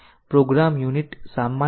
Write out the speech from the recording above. હવે ચાલો બીજું ઉદાહરણ જોઈએ